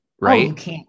right